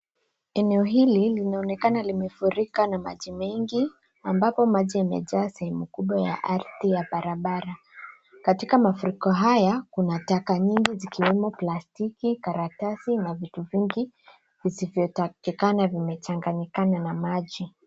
Eneo hili linaonekana limefurika na maji mengi ambako maji yamejaa sehemu kubwa ya ardhi ya barabara. Katika mafuriko haya, kuna taka nyingi zikiwemo plastiki, karatasi na vitu vingi visivyotakikana vimechanganyikana na maji.